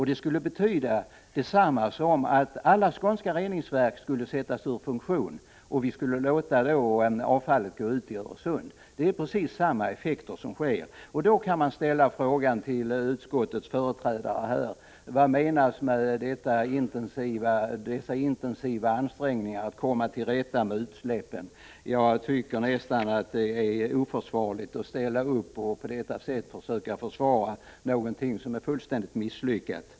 Det skulle betyda detsamma som att alla skånska reningsverk skulle sättas ur funktion och vi skulle låta avfallet gå ut i Öresund. Det skulle ge precis samma effekter. Då kan man ställa en fråga till utskottets företrädare: Vad menas med dessa intensiva ansträngningar att komma till rätta med utsläppen? Jag tycker att det är nästan oursäktligt att på detta sätt ställa upp och försöka försvara någonting som är fullständigt misslyckat.